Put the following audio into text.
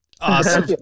Awesome